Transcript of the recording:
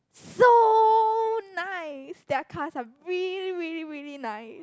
so nice their cars are really really really nice